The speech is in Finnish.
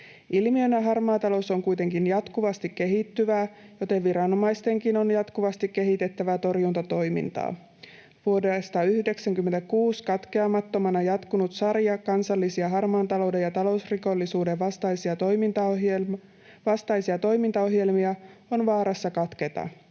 Ilmiönä harmaa talous on kuitenkin jatkuvasti kehittyvää, joten viranomaistenkin on jatkuvasti kehitettävä torjuntatoimintaa. Vuodesta 96 katkeamattomana jatkunut sarja kansallisia harmaan talouden ja talousrikollisuuden vastaisia toimintaohjelmia on vaarassa katketa.